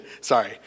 sorry